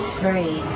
three